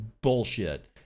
bullshit